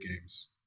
games